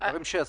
דברים שעשיתי.